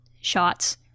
shots